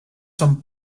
son